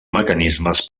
mecanismes